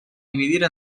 dividir